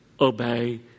obey